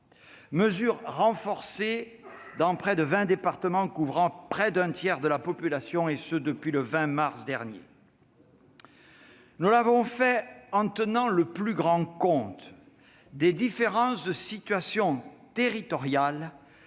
mesures renforcées dans près de 20 départements couvrant près d'un tiers de la population, et ce depuis le 20 mars dernier. Nous l'avons fait en tenant le plus grand compte des différences de situation territoriale-